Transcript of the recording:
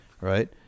right